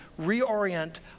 reorient